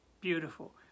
Beautiful